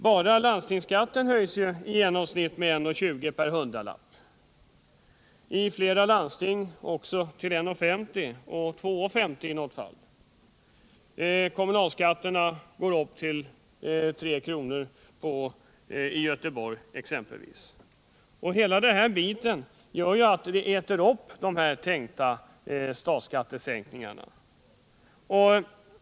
Bara landstingsskatten höjs med i genomsnitt 1:20 per hundralapp, i flera landsting med 1:50 och i något fall med 2:50. Kommunalskatten går upp, i Göteborg exempelvis med 3 kr.